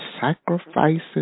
sacrifices